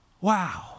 wow